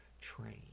train